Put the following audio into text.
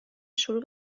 شروع